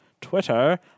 Twitter